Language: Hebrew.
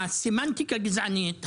הסמנטיקה גזענית,